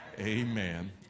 Amen